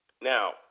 now